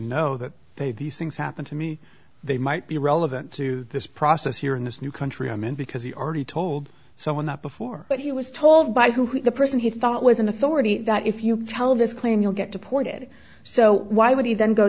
know that they these things happened to me they might be relevant to this process here in this new country i mean because he already told someone that before but he was told by who the person he thought was an authority that if you tell this claim you'll get deported so why would he then go